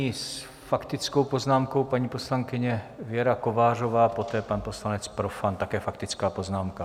Nyní s faktickou poznámkou paní poslankyně Věra Kovářová, poté pan poslanec Profant, také faktická poznámka.